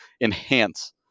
enhance